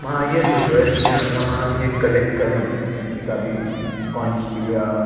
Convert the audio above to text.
मां इहा सोचियो आहे जीअं असां मां इहे कलैक्ट कंदुमि जेका बि कॉइंस थी विया